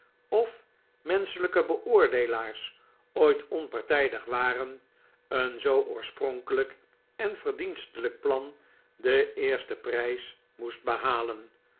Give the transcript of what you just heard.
of menschelijke beoordeelaars ooit onpartijdig waren een zoo oorspronkelijk en verdienstelijk plan den eersten prijs moest behalen